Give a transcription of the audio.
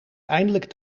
eindelijk